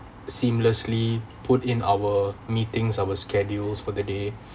seamlessly put in our meetings our schedules for the day